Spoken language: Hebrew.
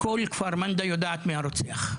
וכל הכפר גם יודע מי הרוצח.